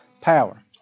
power